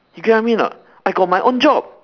you get what I mean or not I got my own job